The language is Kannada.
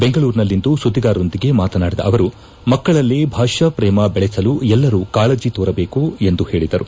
ಬೆಂಗಳೂರಿನಲ್ಲಿಂದು ಸುದ್ಗಿಗಾರರೊಂದಿಗೆ ಮಾತನಾಡಿದ ಅವರು ಮಕ್ಕಳಲ್ಲಿ ಭಾಷಾ ಪ್ರೇಮ ದೆಳೆಸಲು ಎಲ್ಲರೂ ಕಾಳಜಿ ತೋರಬೇಕು ಎಂದು ಹೇಳಿದರು